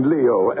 Leo